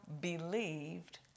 believed